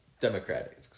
democratic